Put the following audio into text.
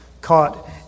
caught